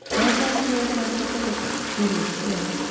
and it's also you as an astrophysicist it is, yeah,